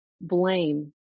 blame